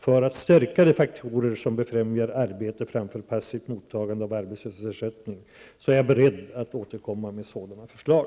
för att stärka de faktorer som befrämjar arbete framför passivt mottagande av arbetslöshetsersättning, så är jag beredd att återkomma med sådana förslag.